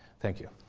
thank you.